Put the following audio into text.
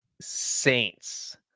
saints